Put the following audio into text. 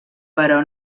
però